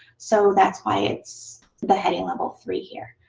so that's why it's the heading level three here.